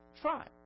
Try